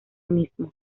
mismo